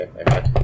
Okay